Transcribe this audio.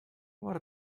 what